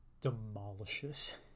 demolishes